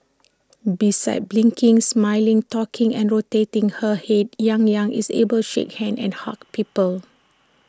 besides blinking smiling talking and rotating her Head yang Yang is able shake hands and hug people